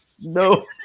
no